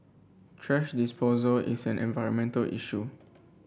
thrash disposal is an environmental issue